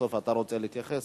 אם בסוף אתה רוצה להתייחס,